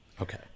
Okay